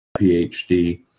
PhD